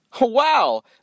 Wow